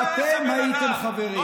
שבה אתם הייתם חברים.